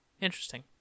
interesting